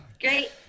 Great